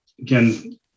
again